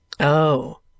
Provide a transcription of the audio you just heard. Oh